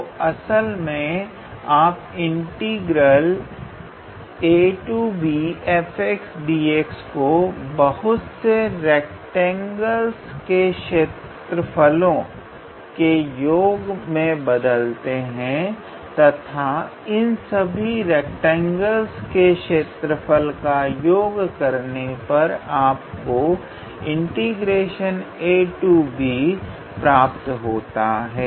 तो असल में आप इंटीग्रल को बहुत से रैक्टेंगल्स के क्षेत्रफलों के योग में बदलते हैं तथा इन सभी रैक्टेंगल्स के क्षेत्रफलों का योग करने से आपको प्राप्त होता है